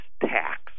tax